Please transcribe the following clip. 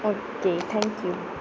okay thank you